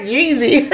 Jeezy